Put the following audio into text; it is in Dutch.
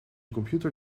computer